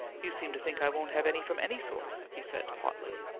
you seem to think i won't have any from any source, he said hotly.